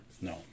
No